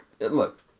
Look